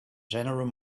general